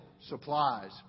supplies